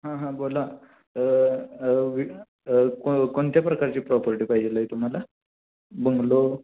हां हां बोला वि क कोणत्या प्रकारची प्रॉपर्टी पाहिजे आहे तुम्हाला बंगलो